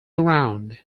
around